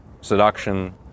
seduction